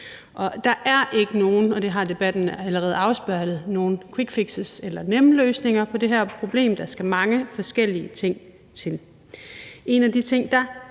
Der er ikke nogen, og det har debatten allerede afspejlet, quickfixes eller nemme løsninger på det her problem, for der skal mange forskellige ting til.